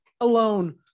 alone